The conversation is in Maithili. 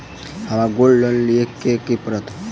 हमरा गोल्ड लोन लिय केँ लेल की करऽ पड़त?